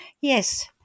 Yes